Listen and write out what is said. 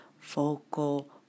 vocal